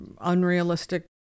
unrealistic